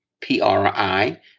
P-R-I-